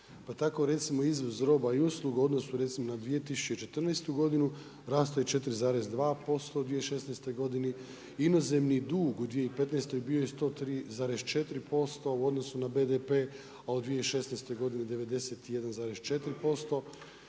pa tako recimo izvoz roba i usluga u odnosu recimo na 2014. godinu, rastao je 4,2% u 2016.godini, inozemni dug u 2015. bio je 103,4% u odnosu na BDP, a u 2016. godini 91,4%.